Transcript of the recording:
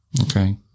Okay